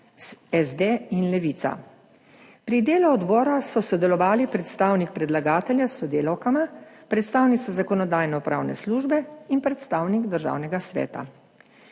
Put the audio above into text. SD in Levica. Pri delu odbora so sodelovali predstavnik predlagatelja s sodelavkama, predstavnica Zakonodajno-pravne službe in predstavnik Državnega sveta.